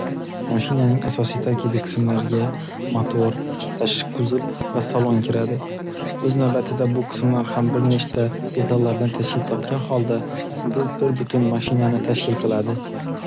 Moshinaning asosiy tarkibiy qismlariga motor, tashqi quzuv va salon kiradi. O’z navbatida bu qismlar ham bir nechta detallardan tashkil topgan holda bir butun mashinani tashkil qiladi.